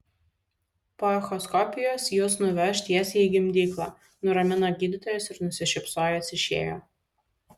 po echoskopijos jus nuveš tiesiai į gimdyklą nuramino gydytojas ir nusišypsojęs išėjo